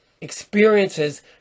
Experiences